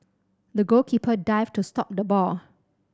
the goalkeeper dived to stop the ball